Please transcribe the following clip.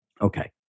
Okay